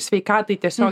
sveikatai tiesiog